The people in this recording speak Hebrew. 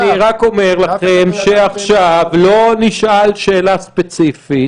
אני רק אומר לכם שעכשיו לא נשאל שאלה ספציפית.